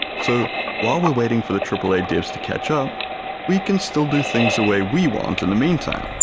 so while we're waiting for the triple-a devs to catch up we can still do things the way we want in the meantime!